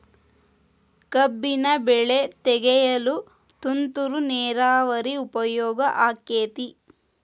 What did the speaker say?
ಕಬ್ಬಿನ ಬೆಳೆ ತೆಗೆಯಲು ತುಂತುರು ನೇರಾವರಿ ಉಪಯೋಗ ಆಕ್ಕೆತ್ತಿ?